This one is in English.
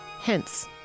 hence